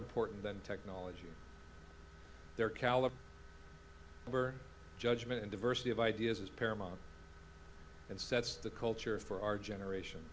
important than technology their caliber judgment and diversity of ideas is paramount and sets the culture for our generation